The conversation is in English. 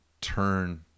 turn